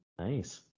nice